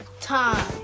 Time